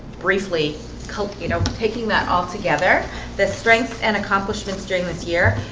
briefly cope, you know taking that all together the strengths and accomplishments during this year,